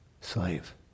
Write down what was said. slave